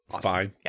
fine